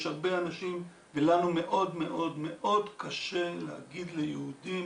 יש הרבה אנשים, ולנו מאוד מאוד קשה להגיד ליהודים